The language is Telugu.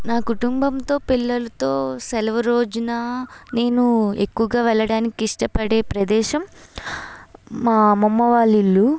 నా కుటుంబంతో పిల్లలతో సెలవు రోజున నేను ఎక్కువగా వెళ్ళడానికి ఇష్టపడే ప్రదేశం మా అమ్మమ్మ వాళ్ళ ఇల్లు